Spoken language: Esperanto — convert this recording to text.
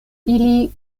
ili